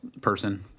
person